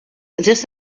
this